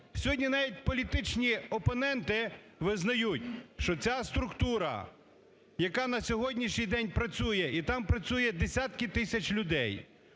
сьогодні навіть політичні опоненти визначають, що ця структура, яка на сьогоднішній день працює і там працюють десятки тисяч людей,